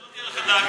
שלא תהיה לך דאגה.